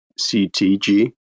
CTG